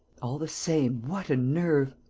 all the same, what a nerve!